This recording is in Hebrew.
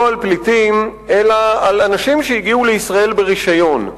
לא על פליטים אלא על אנשים שהגיעו לישראל ברשיון.